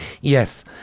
Yes